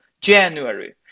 January